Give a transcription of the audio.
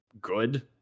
good